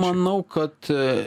manau kad